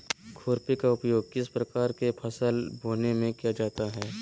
खुरपी का उपयोग किस प्रकार के फसल बोने में किया जाता है?